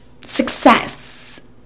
Success